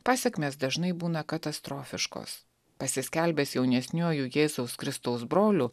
pasekmės dažnai būna katastrofiškos pasiskelbęs jaunesniuoju jėzaus kristaus broliu